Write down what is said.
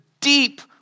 deep